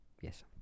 Yes